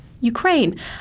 ukraine